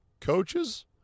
coaches